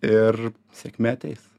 ir sėkmė ateis